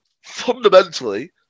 fundamentally